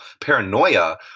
paranoia